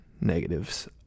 negatives